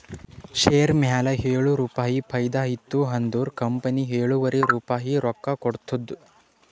share ಮ್ಯಾಲ ಏಳು ರುಪಾಯಿ ಫೈದಾ ಇತ್ತು ಅಂದುರ್ ಕಂಪನಿ ಎಳುವರಿ ರುಪಾಯಿ ರೊಕ್ಕಾ ಕೊಡ್ತುದ್